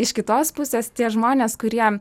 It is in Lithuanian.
iš kitos pusės tie žmonės kurie